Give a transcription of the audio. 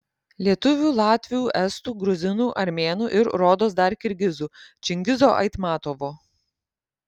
lietuvių latvių estų gruzinų armėnų ir rodos dar kirgizų čingizo aitmatovo